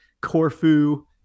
corfu